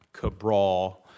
Cabral